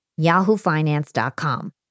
yahoofinance.com